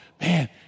man